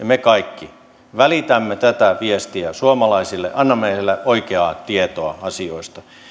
me kaikki välitämme tätä viestiä suomalaisille annamme heille oikeaa tietoa asioista